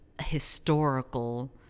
historical